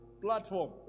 platform